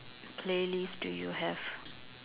playlist do you have